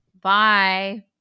Bye